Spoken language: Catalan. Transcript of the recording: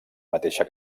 mateixa